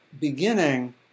beginning